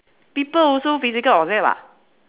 people also physical object [what]